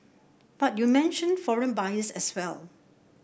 but you mentioned foreign buyers as well